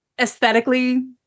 aesthetically